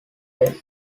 belt